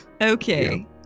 Okay